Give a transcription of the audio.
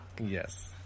Yes